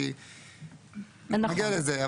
נגיע לזה,